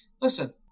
Listen